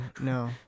no